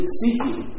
seeking